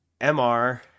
mr